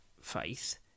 faith